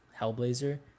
hellblazer